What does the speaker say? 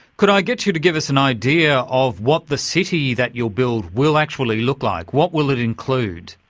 could i get you to give us an idea of what the city that you'll build will actually look like? what will it include?